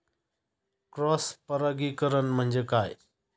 Cross परागीकरण म्हणजे काय?